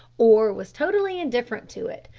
or was totally indifferent to it,